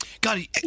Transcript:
God